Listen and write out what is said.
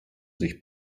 sich